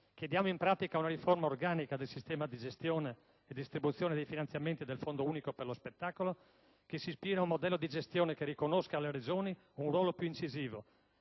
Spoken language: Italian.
Chiediamo in pratica una riforma organica del sistema di gestione e distribuzione dei finanziamenti del Fondo unico per lo spettacolo che si ispiri ad un modello di gestione che riconosca alle Regioni un ruolo più incisivo,